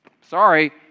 Sorry